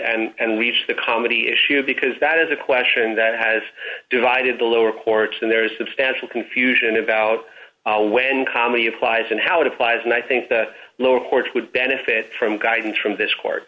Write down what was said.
forward and reach the comedy issue because that is a question that has divided the lower courts and there is substantial confusion about when calmly applies and how it applies and i think the lower courts would benefit from guidance from this court